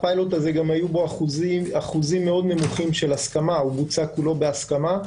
היו בו אחוזים מאוד נמוכים של הסכמה הוא בוצע כולו בהסכמה.